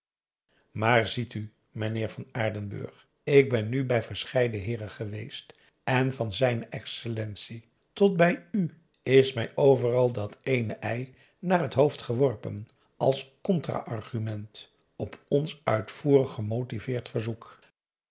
maar ziet u meneer van aardenburg ik ben nu bij verscheiden heeren geweest en van z e tot bij u is mij overal dat ééne ei naar het hoofd geworpen als contra argument op ons uitvoerig gemotiveerd verzoek